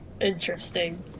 Interesting